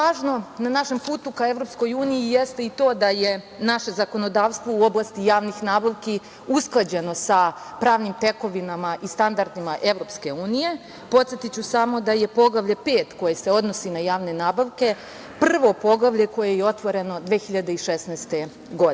na našem putu ka EU jeste i to da je naše zakonodavstvo u oblasti javnih nabavki usklađeno sa pravnim tekovinama i standardima EU. Podsetiću samo da je Poglavlje 5 koje se odnosi na javne nabavke prvo poglavlje koje je otvoreno 2016. godine.